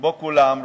כמו כולם,